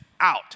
out